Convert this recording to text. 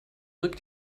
rückt